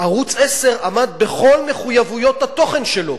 ערוץ-10 עמד בכל מחויבויות התוכן שלו